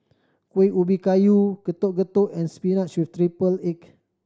Kueh Ubi Kayu Getuk Getuk and spinach with triple egg